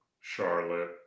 Charlotte